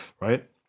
Right